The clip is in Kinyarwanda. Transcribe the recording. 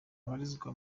babarizwa